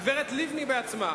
הגברת לבני בעצמה.